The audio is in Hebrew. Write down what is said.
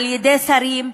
על-ידי שרים,